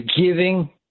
giving